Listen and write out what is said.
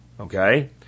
Okay